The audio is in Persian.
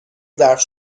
ظرف